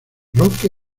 roque